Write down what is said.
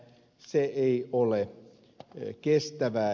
se ei ole kestävää